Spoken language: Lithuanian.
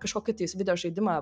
kažkokį tais videožaidimą